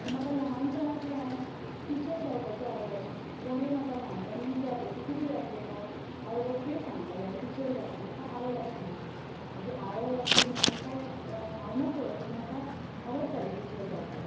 म्हाका ल्हानपणांतल्यान टिचर जावपाची आवड आशिल्ली कोणेंय म्हाका ल्हानपणी विचारलें तूं कितें जातलें गो हांव रोखडें सांगतालें हांव टिचर जातलें म्हाका आवड आशिल्ली म्हजी आवय आसली म्हणून काय हांव नकळो पूण म्हाका आवडटालें टिचर जावपाक